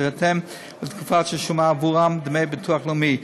בהתאם לתקופה ששולמו עבורם דמי ביטוח לאומי.